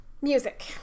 Music